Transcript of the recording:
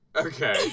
Okay